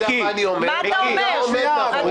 בגלל שהוא ערבי אסור להסכים עם מה שהוא אמר?